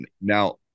now